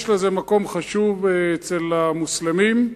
יש לזה מקום חשוב אצל המוסלמים,